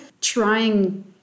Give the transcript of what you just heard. Trying